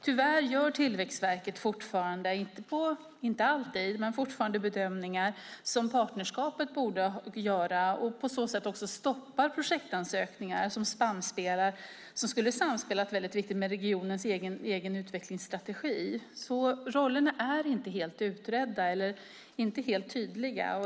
Tyvärr gör Tillväxtverket fortfarande, inte alltid, bedömningar som partnerskapet borde göra. På så sätt stoppar man också projektansökningar som skulle ha samspelat väldigt bra med regionens egen utvecklingsstrategi. Rollerna är inte helt utredda eller inte helt tydliga.